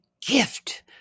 gift